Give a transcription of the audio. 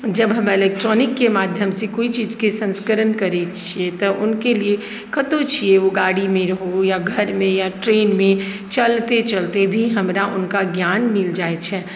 जब हम इलेक्ट्रॉनिकके माध्यम से कोइ चीजके सन्स्करण करैत छियै तऽ हुनके लिए कतहुँ छियै ओ गाड़ीमे रहु या घरमे या ट्रेनमे चलते चलते भी हमरा हुनका ज्ञान मिल जाइत छै